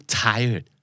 tired